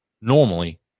normally